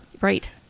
Right